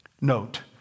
Note